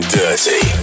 dirty